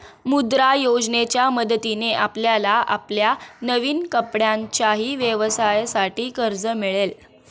मुद्रा योजनेच्या मदतीने आपल्याला आपल्या नवीन कपड्यांच्या व्यवसायासाठी कर्ज मिळेल